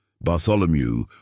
Bartholomew